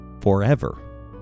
forever